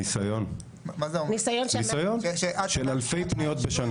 ניסיון של אלפי פניות בשנה.